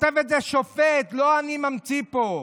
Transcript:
כותב את זה שופט, לא אני ממציא פה.